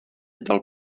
dal